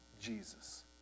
Jesus